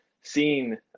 seeing